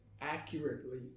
accurately